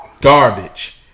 Garbage